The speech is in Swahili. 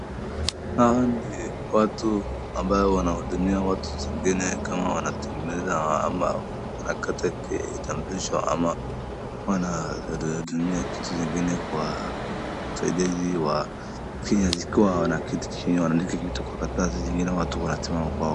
Hawa ni watu ambao wanahudumia watu zingine kama wanatengeneza ama harakati ya kitambulisho ama wanatumia vitu zingine kwa usaidizi wa kenye wakiwa na kiti chenye wanaandika kitu kwa karatasi zingine wanatumwa kwao.